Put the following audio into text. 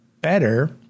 better